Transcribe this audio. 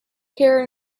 care